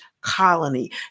Colony